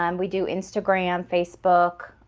um we do instagram, facebook.